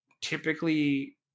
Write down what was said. typically